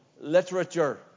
literature